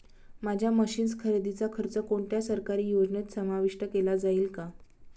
माझ्या मशीन्स खरेदीचा खर्च कोणत्या सरकारी योजनेत समाविष्ट केला जाईल का?